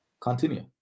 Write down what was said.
continue